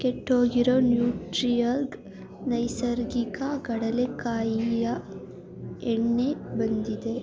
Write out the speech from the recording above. ಕೆಟ್ಟು ಹೋಗಿರೊ Nutriorg ನೈಸರ್ಗಿಕ ಕಡಲೆ ಕಾಯಿಯ ಎಣ್ಣೆ ಬಂದಿದೆ